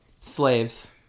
slaves